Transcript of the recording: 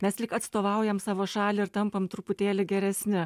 mes lyg atstovaujam savo šalį ir tampam truputėlį geresni